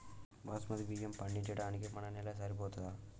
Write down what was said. బాస్మతి బియ్యం పండించడానికి మన నేల సరిపోతదా?